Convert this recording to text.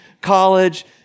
College